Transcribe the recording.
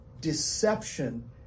Deception